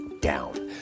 down